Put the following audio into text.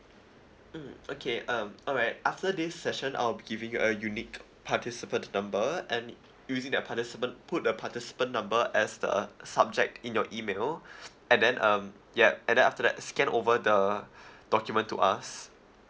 mm okay um alright after this session I'll be giving you a unique participant number and using that participant put the participant number as the subject in your email and then um yup and then after that scan over the document to us